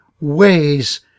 ways